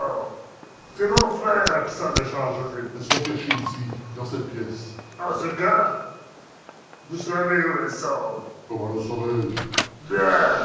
c'est mon frère qui s'en était chargé elles sont cachées ici dans cette pièce en ce cas vous savez où elles sont comment le